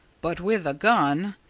but with a gun,